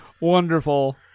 Wonderful